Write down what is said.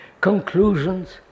conclusions